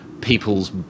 people's